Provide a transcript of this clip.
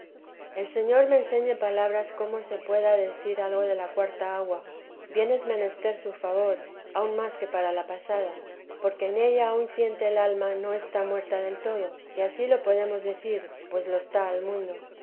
el señor me enseñe palabras cómo se pueda decir algo de la cuarta agua bien es menester su favor aun más que para la pasada porque en ella aun siente el alma no está muerta del todo que ansí lo podemos decir pues lo está al mundo